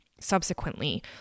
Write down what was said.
subsequently